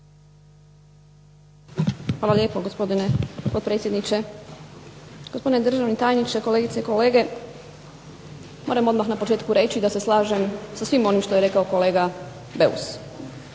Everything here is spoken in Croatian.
Hvala lijepo gospodine potpredsjedniče, gospodine državni tajniče, kolegice i kolege. Moram odmah na početku reći da se slažem sa svim onim što je rekao kolega Beus.